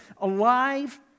alive